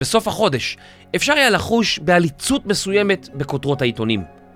בסוף החודש אפשר היה לחוש בהליצות מסוימת בכותרות העיתונים.